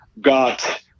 got